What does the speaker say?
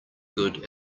good